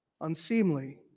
unseemly